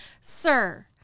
sir